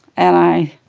and i,